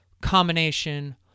combination